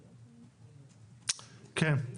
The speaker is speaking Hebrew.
כן.